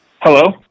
Hello